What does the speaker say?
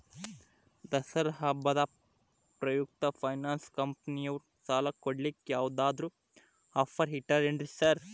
ದಸರಾ ಹಬ್ಬದ ಪ್ರಯುಕ್ತ ಫೈನಾನ್ಸ್ ಕಂಪನಿಯವ್ರು ಸಾಲ ಕೊಡ್ಲಿಕ್ಕೆ ಯಾವದಾದ್ರು ಆಫರ್ ಇಟ್ಟಾರೆನ್ರಿ ಸಾರ್?